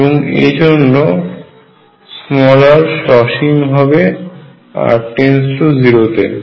এবং এই জন্যই r সসীম হবে r 0 তে